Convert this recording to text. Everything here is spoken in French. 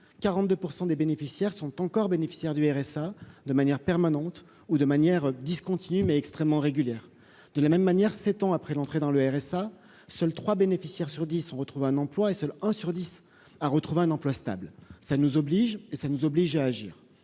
42 % des bénéficiaires sont encore bénéficiaire du RSA de manière permanente ou de manière discontinue, mais extrêmement régulière de la même manière, 7 ans après l'entrée dans le RSA, seuls 3 bénéficiaires sur 10 ont retrouvé un emploi, et seul un sur 10 à retrouver un emploi stable, ça nous oblige et ça nous oblige à agir,